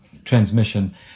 transmission